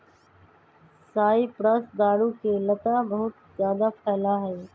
cypress दारू के लता बहुत जादा फैला हई